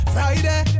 Friday